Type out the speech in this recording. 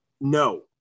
no